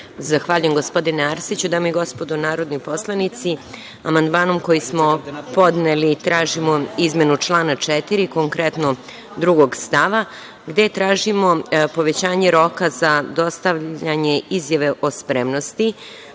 Zahvaljujem, gospodine Arsiću. Dame i gospodo narodni poslanici, amandmanom kojim smo podneli tražimo izmenu člana 4. konkretno stava 2, gde tražimo povećanje roka za dostavljanje izjave o spremnosti